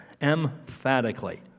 emphatically